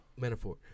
metaphor